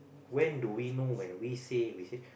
when do we know when we say we say